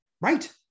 right